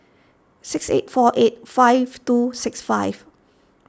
six eight four eight five two six five